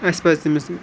اَسہِ پَزِ تٔمِس